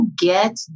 get